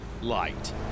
Light